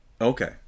Okay